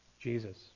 jesus